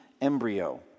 embryo